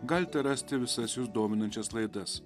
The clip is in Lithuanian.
galite rasti visas jus dominančias laidas